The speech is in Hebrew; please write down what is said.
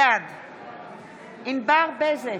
בעד ענבר בזק,